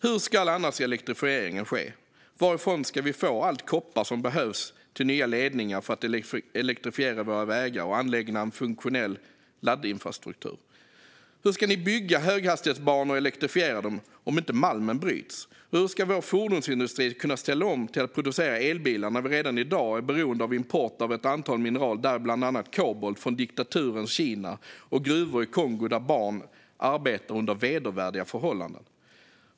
Hur ska annars elektrifieringen ske? Varifrån ska vi all koppar som behövs till nya ledningar för att elektrifiera våra vägar och anlägga en funktionell laddinfrastruktur? Hur ska ni bygga höghastighetsbanor och elektrifiera dem om inte malmen bryts? Hur ska vår fordonsindustri kunna ställa om till att producera elbilar när vi redan i dag är helt beroende av import av ett antal mineraler, däribland kobolt från diktaturens Kina och gruvor i Kongo där barn arbetar under vedervärdiga förhållanden?